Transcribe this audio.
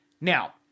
Now